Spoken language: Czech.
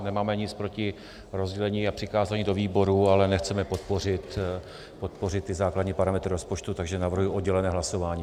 Nemáme nic proti rozdělení a přikázání do výborů, ale nechceme podpořit ty základní parametry rozpočtu, takže navrhuji oddělené hlasování.